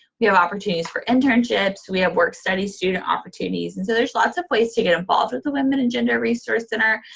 we have opportunities for internships, we have work-study student opportunities. and so there's lots of ways to get involved with the women and gender resource center,